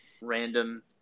random